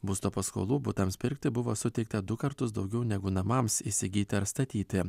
būsto paskolų butams pirkti buvo suteikta du kartus daugiau negu namams įsigyti ar statyti